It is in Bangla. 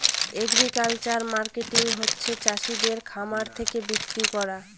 এগ্রিকালচারাল মার্কেটিং হচ্ছে চাষিদের খামার থাকে বিক্রি করা